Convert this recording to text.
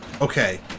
Okay